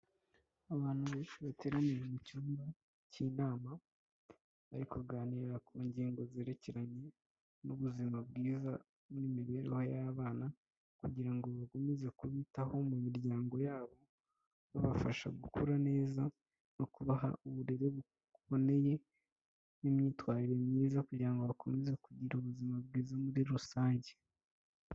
Abantu benshi bateraniye mu cyumba cy'inama bari kuganira ku ngingo zerekeranye n'ubuzima bwiza n'imibereho y'abana, kugira ngo bakomeze kubitaho mu miryango yabo, babafasha gukora neza no kubaha uburere buboneye n'imyitwarire myiza kugira ngo bakomeze kugira ubuzima bwiza muri rusange.